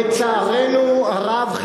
לצערנו הרב,